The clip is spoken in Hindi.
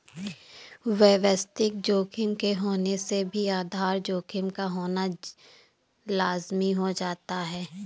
व्यवस्थित जोखिम के होने से भी आधार जोखिम का होना लाज़मी हो जाता है